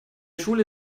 schule